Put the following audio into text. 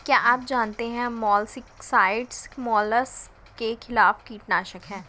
क्या आप जानते है मोलस्किसाइड्स मोलस्क के खिलाफ कीटनाशक हैं?